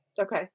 Okay